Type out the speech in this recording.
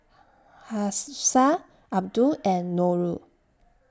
Hafsa Abdul and Nurul